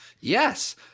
Yes